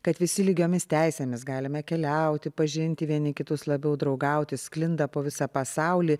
kad visi lygiomis teisėmis galime keliauti pažinti vieni kitus labiau draugauti sklinda po visą pasaulį